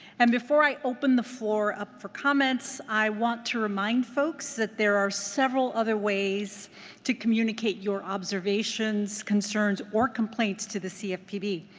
and before i open the floor up for comments, i want to remind folks that there are several other ways to communicate your observations, concerns, or complaints to the cfpb.